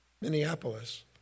Minneapolis